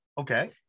okay